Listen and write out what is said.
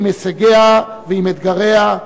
עם הישגיה ועם אתגריה.